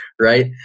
right